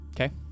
okay